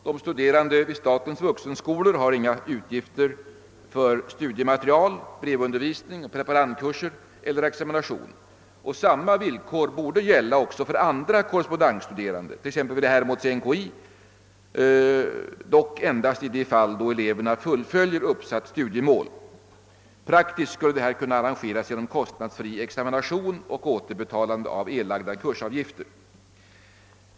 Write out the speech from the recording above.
De studerande vid statens vuxenskolor har inga utgifter för studiematerial, brevkurser, preparandkurser eller examination, och samma villkor borde gälla också för andra korrespondensstuderande, exempelvis vid Hermods/NKI, dock endast i den mån de uppnår det uppsatta studiemålet. Praktiskt skulle det kunna arrangeras genom kostnadsfri examination och återbetalande av erlagda kursavgifter.